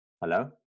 Hello